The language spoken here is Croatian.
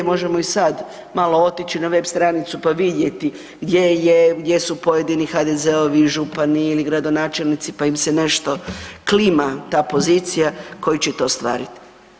Možemo i sad malo otići na web stranicu pa vidjeti gdje su pojedini HDZ-ovi župani ili gradonačelnici pa im se nešto klima ta pozicija koji će to ostvarit.